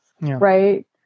Right